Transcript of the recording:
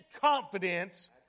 confidence